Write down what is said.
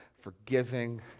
forgiving